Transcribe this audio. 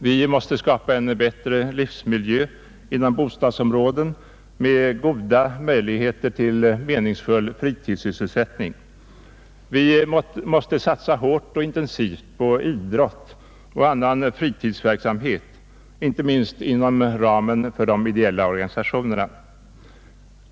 Vi måste skapa en bättre livsmiljö inom bostadsområden med goda möjligheter till meningsfull fritidssysselsättning. Vi måste satsa hårt och intensivt på idrott och annan fritidsverksamhet, inte minst inom ramen för de ideella organisationerna.